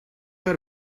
her